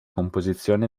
composizione